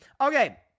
Okay